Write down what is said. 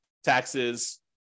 taxes